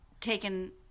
taken